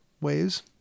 ways